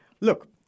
Look